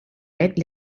red